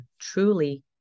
truly